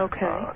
Okay